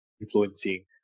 influencing